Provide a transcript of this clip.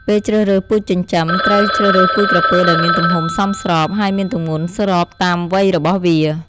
ពេលជ្រើសរើសពូជចិញ្ចឹម ត្រូវជ្រើសរើសពូជក្រពើដែលមានទំហំសមស្រប ហើយមានទម្ងន់ស្របតាមវ័យរបស់វា។